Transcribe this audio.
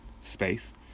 space